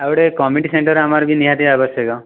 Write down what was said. ଆଉ ଗୋଟିଏ committee centre ଆମର ବି ନିହାତି ଆବଶ୍ୟକ